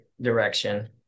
direction